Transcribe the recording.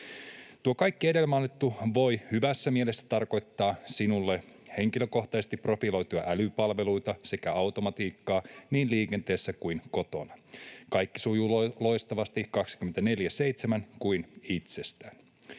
Tuo kaikki edellä mainittu voi hyvässä mielessä tarkoittaa sinulle henkilökohtaisesti profiloituja älypalveluita sekä automatiikkaa niin liikenteessä kuin kotona — kaikki sujuu loistavasti 24/7 kuin itsestään.